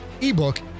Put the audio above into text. ebook